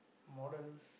models